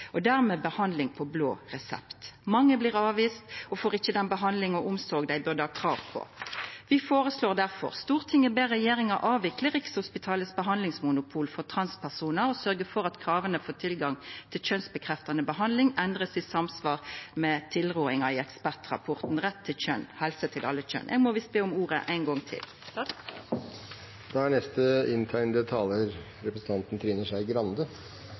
og dermed få behandling på blå resept. Mange blir avviste og får ikkje den behandlinga og omsorga dei burda ha krav på. Vi foreslår derfor: «Stortinget ber regjeringen avvikle Rikshospitalets behandlingsmonopol for transpersoner og sørge for at kravene for tilgang til kjønnsbekreftende behandling endres i samsvar med anbefalingene i ekspertrapporten «Rett til kjønn – helse til alle kjønn» Eg må visst be om ordet ein gong til.